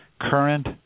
current